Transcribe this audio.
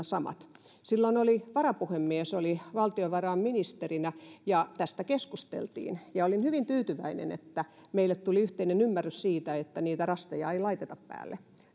samat silloin varapuhemies oli valtiovarainministerinä ja tästä keskusteltiin ja olin hyvin tyytyväinen että meille tuli yhteinen ymmärrys siitä että niitä rasteja ei laiteta päälle